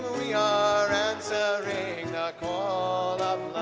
we are answering the call